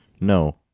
No